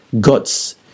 God's